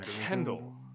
Kendall